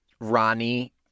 Ronnie